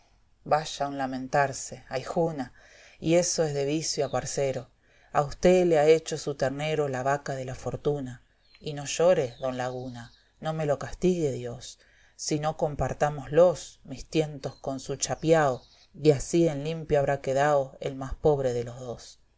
un lamentarse aüjuna y eso es de vicio aparcero a usté lo ha hecho su ternero la vaca de la fortuna y no llore don lagnra no me lo castigue dios si no comparémoslos mis tientos con su chapiao y así en limpio habrá quedao el más pobre de los dos